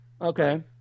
Okay